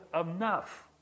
enough